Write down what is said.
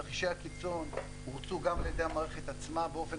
תרחישי הקיצון הורצו גם על ידי המערכת עצמה באופן